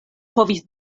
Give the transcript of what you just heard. povis